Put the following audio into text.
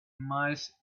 miles